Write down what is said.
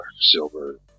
silver